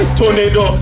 tornado